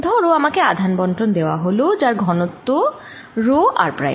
ধরো আমাকে আধান বন্টন দেওয়া হল যার ঘনত্ব রো r প্রাইম